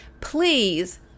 Please